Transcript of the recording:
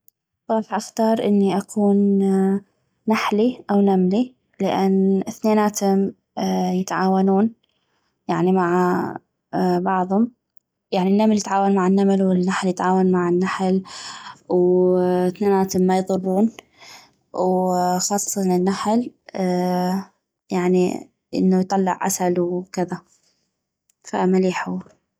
غاح اختار اني اكون نحلي او نملي لان اثنيناتم يتعاونون يعني مع بعضم يعني النمل يتعاون مع النمل والنحل يتعاون مع النحل و اثنيناتم ما يضرون خاصةً النحل يعني انو يطلع عسل وكذا فمليح هو